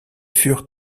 furent